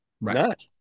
Right